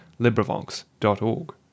LibriVox.org